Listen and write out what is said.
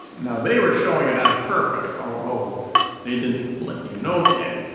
now, they were showing it on purpose although they didn't let you know that.